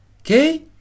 okay